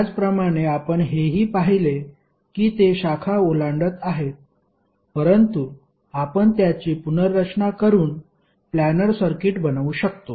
त्याचप्रमाणे आपण हेही पाहिले की ते शाखा ओलांडत आहेत परंतु आपण त्याची पुनर्रचना करून प्लॅनर सर्किट बनवू शकतो